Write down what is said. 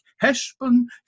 Heshbon